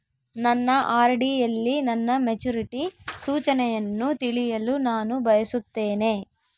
ನನ್ನ ಆರ್.ಡಿ ಯಲ್ಲಿ ನನ್ನ ಮೆಚುರಿಟಿ ಸೂಚನೆಯನ್ನು ತಿಳಿಯಲು ನಾನು ಬಯಸುತ್ತೇನೆ